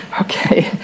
Okay